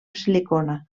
silicona